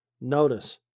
Notice